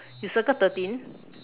you circled thirteen